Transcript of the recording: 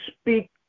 speak